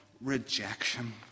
rejection